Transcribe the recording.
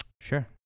Sure